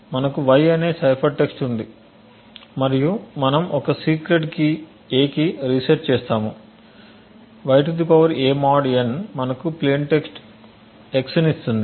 మనకు y అనే cipher text ఉంది మరియు మనము ఒక సీక్రెట్ కీ a కి రీసెట్ చేస్తాము y a mod n మనకు ప్లేయిన్ టెక్స్ట్ x ని ఇస్తుంది